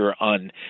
on